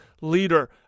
leader